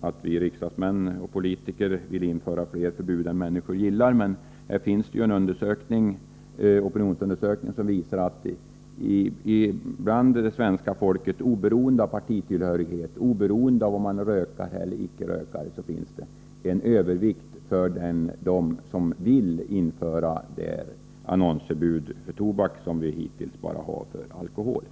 att vi riksdagsmän och politiker vill införa fler förbud än människor gillar, men i denna fråga finns det en opinionsundersökning som visar att det bland svenska folket — oberoende av partitillhörighet och oberoende av om man är rökare eller icke rökare — finns en övervägande del som vill införa annonsförbud mot tobak på samma sätt som vi hittills bara har för alkohol.